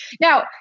Now